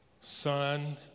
son